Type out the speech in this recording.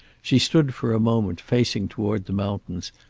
she stood for a moment, facing toward the mountains,